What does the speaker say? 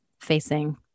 facing